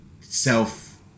self